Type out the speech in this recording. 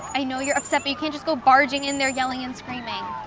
i know you're upset but you can't just go barging in there yelling and screaming.